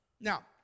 now